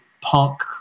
punk